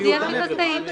לבריאות הנפש.